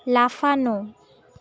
লাফানো